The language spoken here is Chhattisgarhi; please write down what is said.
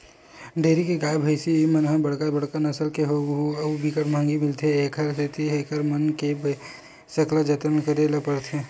डेयरी के गाय, भइसी मन ह बड़का बड़का नसल के होथे अउ बिकट महंगी मिलथे, एखर सेती एकर मन के बने सकला जतन करे ल परथे